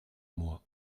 moi